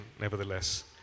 nevertheless